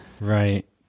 right